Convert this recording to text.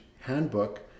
Handbook